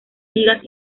ligas